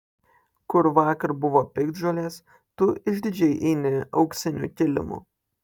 kur vakar buvo piktžolės tu išdidžiai eini auksiniu kilimu